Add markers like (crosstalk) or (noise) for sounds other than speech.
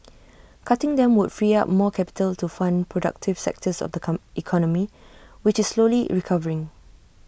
cutting them would free up more capital to fund productive sectors of the (unintelligible) economy which is slowly recovering